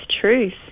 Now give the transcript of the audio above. truth